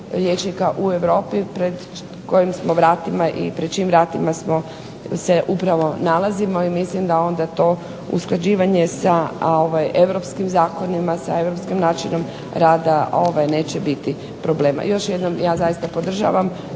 liječnika u Europi pred čijim vratima se upravo nalazimo. I mislim da onda to usklađivanje sa europskim zakonima, sa europskim načinom rada neće biti problema. Još jednom, ja zaista podržavam